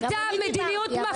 היה מדיניות מפלה.